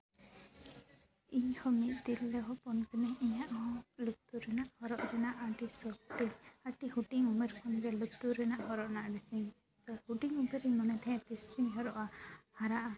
ᱤᱧ ᱦᱚᱸ ᱢᱤᱫ ᱛᱤᱨᱞᱟᱹ ᱦᱚᱯᱚᱱ ᱠᱟᱹᱱᱟᱹᱧ ᱤᱧᱟᱹᱜ ᱦᱚᱸ ᱞᱩᱛᱩᱨ ᱨᱮᱱᱟᱜ ᱦᱚᱨᱚᱜ ᱨᱮᱱᱟᱜ ᱟᱹᱰᱤ ᱥᱚᱠ ᱛᱤᱧ ᱟᱹᱰᱤ ᱦᱩᱰᱤᱧ ᱩᱢᱮᱨᱹᱨ ᱠᱷᱚᱱᱜᱮ ᱞᱩᱛᱩᱨ ᱨᱮᱱᱟᱜ ᱦᱚᱨᱚᱜ ᱨᱮᱱᱟᱜ ᱫᱤᱥᱟᱹᱭᱟᱹᱧ ᱦᱩᱰᱤᱧ ᱩᱢᱮᱹᱨ ᱨᱮᱧ ᱛᱟᱦᱮᱸᱜᱼᱟ ᱛᱤᱥ ᱪᱚᱧ ᱦᱚᱨᱚᱜᱼᱟᱜ ᱦᱟᱨᱟᱜᱼᱟ